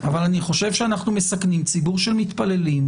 אבל אני חושב שאנחנו מסכנים ציבור של מתפללים.